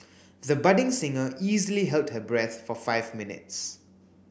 the budding singer easily held her breath for five minutes